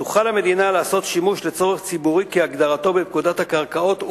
תוכל המדינה לעשות שימוש לצורך ציבורי כהגדרתו בפקודת הקרקעות,